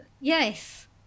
yes